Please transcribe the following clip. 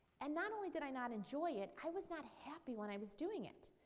and not only did i not enjoy it i was not happy when i was doing it.